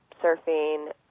surfing